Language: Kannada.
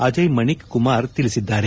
ಅಜಯ್ಮಣಿಕ್ ಕುಮಾರ್ ತಿಳಿಸಿದ್ದಾರೆ